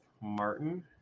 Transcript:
Martin